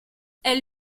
elle